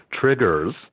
triggers